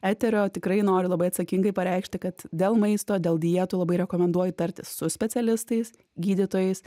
eterio tikrai noriu labai atsakingai pareikšti kad dėl maisto dėl dietų labai rekomenduoju tartis su specialistais gydytojais